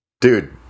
Dude